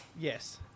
Yes